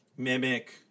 Mimic